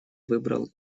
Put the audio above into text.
выбрал